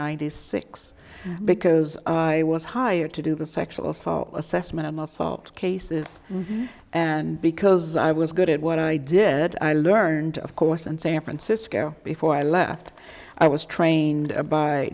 y six because i was hired to do the sexual assault assessment on the assault cases and because i was good at what i did i learned of course in san francisco before i left i was trained by